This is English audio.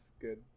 good